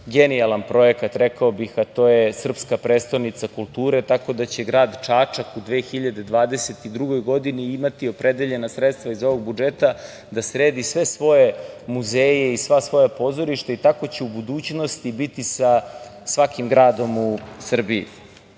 genijalan projekat, rekao bih, a to je srpska prestonica kulture, tako da će grad Čačak u 2022. godini imati opredeljena sredstva iz ovog budžeta da sredi sve svoje muzeje i sva svoja pozorišta i tako će u budućnosti biti sa svakim gradom u Srbiji. Dakle,